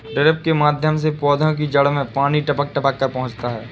drip के माध्यम से पौधे की जड़ में पानी टपक टपक कर पहुँचता है